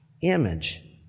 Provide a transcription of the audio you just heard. image